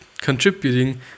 contributing